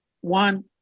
one